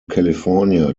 california